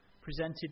presented